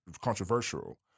controversial